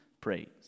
praise